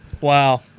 Wow